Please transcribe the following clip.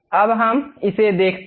अब हम इसे देखते हैं